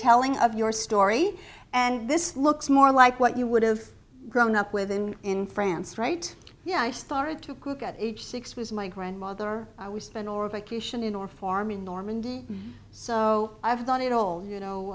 telling of your story and this looks more like what you would've grown up with and in france right yeah i started to cook at age six was my grandmother we spend our vacation in our farm in normandy so i've done it all you